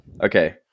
Okay